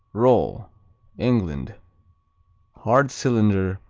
roll england hard cylinder,